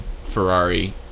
Ferrari